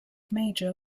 major